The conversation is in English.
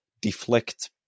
deflect